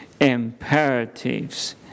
imperatives